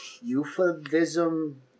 Euphemism